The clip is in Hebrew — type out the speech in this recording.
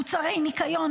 מוצרי ניקיון,